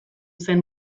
zen